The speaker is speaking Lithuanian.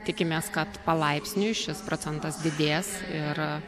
tikimės kad palaipsniui šis procentas didės ir